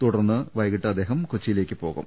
തുടർന്ന് വൈകീട്ട് അദ്ദേഹം കൊച്ചിയിലേക്ക് പോകും